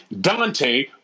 Dante